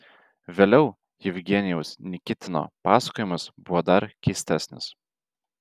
vėliau jevgenijaus nikitino pasakojimas buvo dar keistesnis